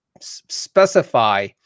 specify